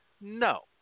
No